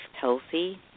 healthy